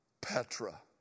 petra